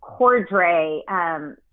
Cordray